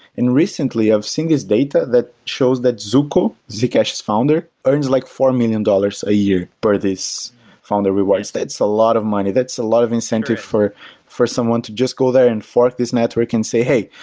and recently, i've seen his data that shows that zooko, z cash is founder earns like four million dollars a year per this founder rewards. that's a lot of money. that's a lot of incentive for for someone to just go there and fork this network and say, hey,